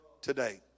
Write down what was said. today